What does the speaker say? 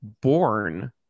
born